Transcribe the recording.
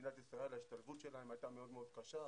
בישראל ההשתלבות שלהם הייתה מאוד מאוד קשה,